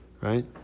right